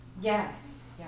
Yes